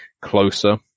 closer